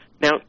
Now